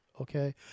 okay